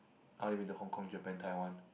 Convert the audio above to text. I been to the Hong-Kong Japan Tai-wan